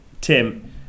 Tim